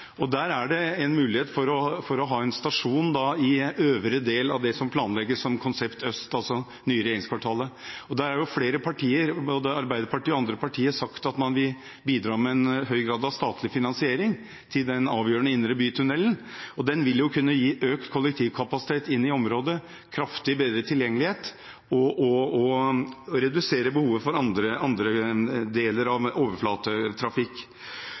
Der er det en mulighet for å ha en stasjon i øvre del av det som planlegges som konsept Øst, altså det nye regjeringskvartalet. Flere partier, både Arbeiderpartiet og andre, har sagt at man vil bidra med en høy grad av statlig finansiering til den avgjørende indre by-tunnelen. Den vil kunne gi økt kollektivkapasitet inn i området, kraftig bedret tilgjengelighet og redusere behovet for andre deler av